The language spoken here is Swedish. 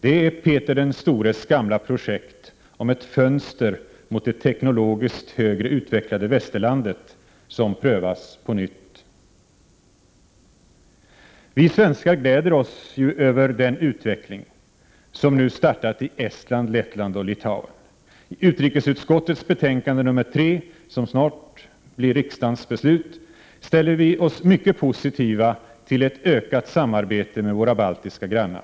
Det är Peter den stores gamla projekt om ett fönster mot det teknologiskt högre utvecklade västerlandet som prövas på nytt. Vi svenskar glädjer oss ju över den utveckling som nu startat i Estland, Lettland och Litauen. I utrikesutskottets betänkande 3, vars hemställan snart blir riksdagens beslut, ställer vi oss mycket positiva till ett ökat samarbete med våra baltiska grannar.